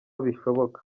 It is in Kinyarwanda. bishoboka